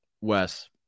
Wes